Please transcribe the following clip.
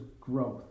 growth